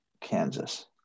Kansas